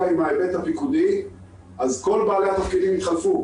עם ההיבט הפיקודי אז כל בעלי התפקידים יתחלפו